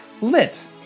Lit